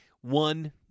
one